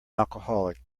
alcoholic